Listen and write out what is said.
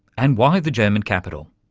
and why the german capital?